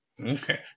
Okay